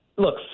Look